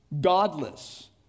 Godless